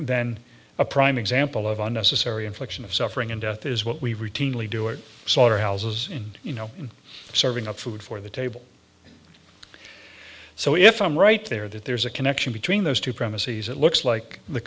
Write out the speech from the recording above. then a prime example of unnecessary infliction of suffering and death is what we routinely do it so houses and you know serving up food for the table so if i'm right there that there's a connection between those two premises it looks like the